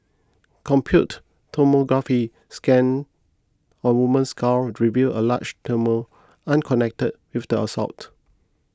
compute tomography scan on woman's skull revealed a large tumour unconnected with the assault